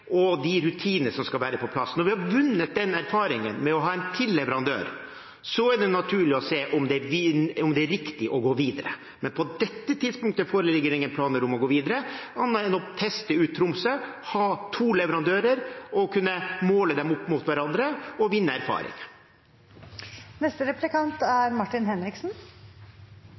og de rutiner som skal være på plass. Når vi har vunnet den erfaringen med å ha en leverandør til, er det naturlig å se om det er riktig å gå videre, men på dette tidspunktet foreligger det ingen planer om å gå videre, annet enn å teste ut Tromsø, ha to leverandører og kunne måle dem opp mot hverandre og vinne